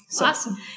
Awesome